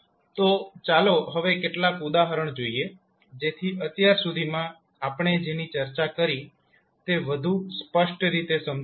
તો ચાલો હવે કેટલાક ઉદાહરણ જોઈએ જેથી અત્યાર સુધીમાં આપણે જેની ચર્ચા કરી તે વધુ સ્પષ્ટ રીતે સમજી શકાય